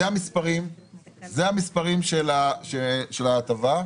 אלה המספרים של ההטבה.